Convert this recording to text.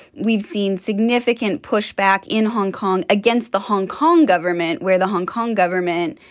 we've seen significant pushback in hong kong against the hong kong government, where the hong kong government,